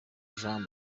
jean